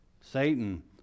Satan